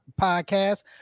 podcast